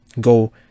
go